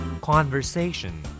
Conversation